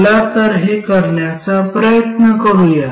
चला तर हे करण्याचा प्रयत्न करूया